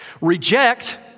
Reject